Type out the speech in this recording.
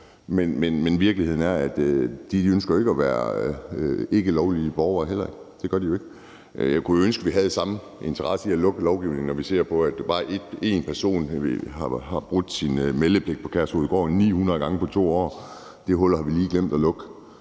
Men virkeligheden er, at de heller ikke ønsker at være ikkelovlydige borgere. Det gør de jo ikke. Jeg kunne ønske, at vi havde den samme interesse i at lukke huller i lovgivningen, når vi ser, at bare én person har brudt sin meldepligt på Kærshovedgård 900 gange på 2 år. Det hul har vi lige glemt at lukke,